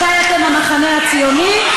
מתי אתם המחנה הציוני,